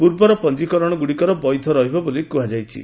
ପୂର୍ବର ପଞ୍ଜୀକରଣଗୁଡ଼ିକ ବୈଧ ରହିବ ବୋଲି କୁହାଯାଇଛି